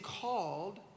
called